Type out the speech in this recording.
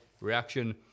reaction